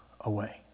away